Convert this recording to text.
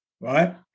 right